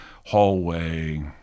hallway